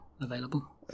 available